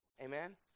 Amen